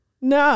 No